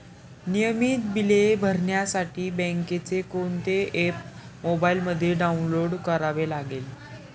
नियमित बिले भरण्यासाठी बँकेचे कोणते ऍप मोबाइलमध्ये डाऊनलोड करावे लागेल?